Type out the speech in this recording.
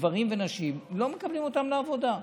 גברים ונשים שלא מקבלים אותם לעבודה.